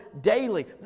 daily